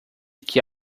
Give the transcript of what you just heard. que